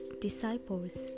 disciples